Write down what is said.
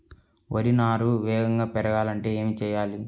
వరి నారు వేగంగా పెరగాలంటే ఏమి చెయ్యాలి?